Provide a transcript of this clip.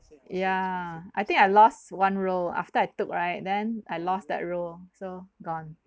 yeah I think I lost one roll after I took right then I lost that roll so gone